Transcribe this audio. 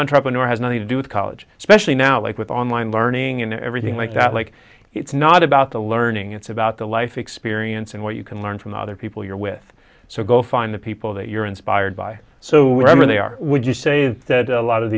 entrepreneur has nothing to do with college specially now like with online learning and everything like that like it's not about the learning it's about the life experience and what you can learn from the other people you're with so go find the people that you're inspired by so wherever they are would you say is that a lot of